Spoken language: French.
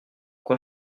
quoi